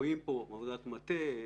רואים פה עבודת מטה,